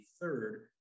third